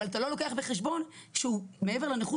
אבל אתה לא לוקח בחשבון שמעבר לנכות